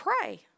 pray